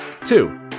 Two